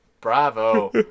bravo